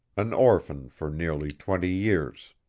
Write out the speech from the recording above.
an orphan for nearly twenty years.